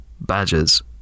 badgers